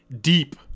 deep